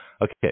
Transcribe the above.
Okay